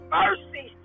mercy